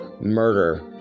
Murder